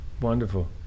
Wonderful